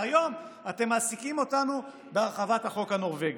והיום אתם מעסיקים אותנו בהרחבת החוק הנורבגי.